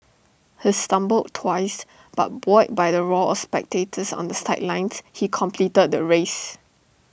he stumbled twice but buoyed by the roar of spectators on the sidelines he completed the race